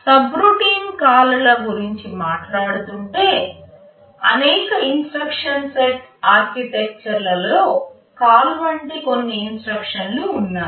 subroutine కాల్ల గురించి మాట్లాడుతుంటే అనేక ఇన్స్ట్రక్షన్ సెట్ ఆర్కిటెక్చర్ల లో కాల్ వంటి కొన్ని ఇన్స్ట్రక్షన్లు ఉన్నాయి